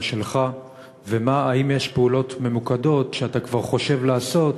שלך והאם יש פעולות ממוקדות שאתה כבר חושב לעשות?